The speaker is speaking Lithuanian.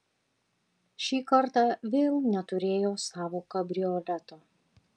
ši karta vėl neturėjo savo kabrioleto